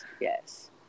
Yes